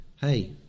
hey